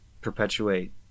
perpetuate